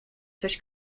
coś